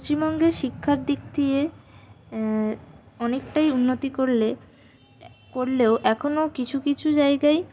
পশ্চিমবঙ্গে শিক্ষার দিক দিয়ে অনেকটাই উন্নতি করলে করলেও এখনও কিছু কিছু জায়গায়